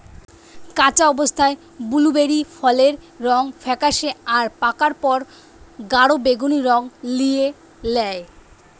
কাঁচা অবস্থায় বুলুবেরি ফলের রং ফেকাশে আর পাকার পর গাঢ় বেগুনী রং লিয়ে ল্যায়